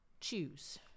choose